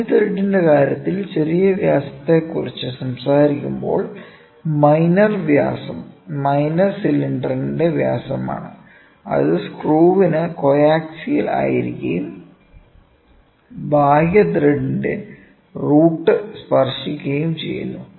ബാഹ്യ ത്രെഡിന്റെ കാര്യത്തിൽ ചെറിയ വ്യാസത്തെക്കുറിച്ച് സംസാരിക്കുമ്പോൾ മൈനർ വ്യാസം മൈനർ സിലിണ്ടറിന്റെ വ്യാസമാണ് അത് സ്ക്രൂവിനു കോയാക്സിയ്ൽ ആയിരിക്കുകയും ബാഹ്യ ത്രെഡിന്റെ റൂട്ട് സ്പർശിക്കുകയും ചെയ്യുന്നു